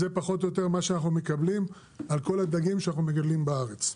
זה פחות או יותר מה שאנחנו מקבלים על כל הדגים שאנחנו מגדלים בארץ.